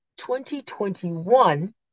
2021